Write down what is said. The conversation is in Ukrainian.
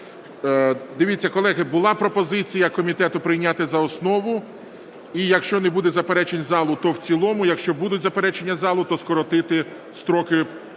Дивіться, колеги, була пропозиція комітету прийняти за основу. І, якщо не буде заперечень залу, то – в цілому. Якщо будуть заперечення залу, то скоротити строки